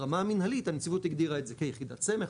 ברמה המנהלית הנציגות הגדירה את זה כיחידת סמך,